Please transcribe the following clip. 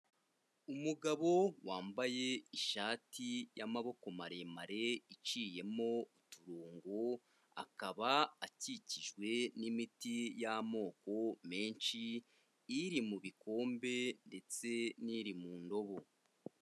Umugabo wambaye ishati y'amaboko maremare iciyemo uturongo, akaba akikijwe n'imiti y'amoko menshi, iri mu bikombe ndetse n'iri mu ndobo.